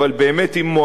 עם מועדי סיום,